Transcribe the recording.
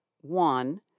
one